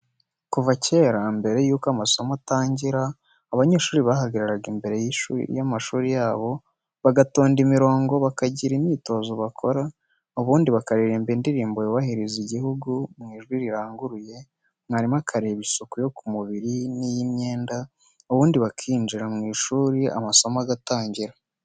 Kuva kera, mbere y'uko amasomo atangira, abanyeshuri bahagararaga imbere y'amashuri yabo, bagatonda imirongo, bakagira imyitozo bakora, ubundi bakaririmba indirimbo yubahiriza igihugu mu ijwi riranguruye, mwarimu akareba isuku yo ku mubiri n'iy'imyenda, ubundi bakinjira mu ishuri amasomo agatangira.